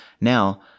Now